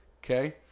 Okay